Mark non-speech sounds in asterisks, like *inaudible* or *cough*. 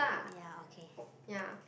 ya okay *breath*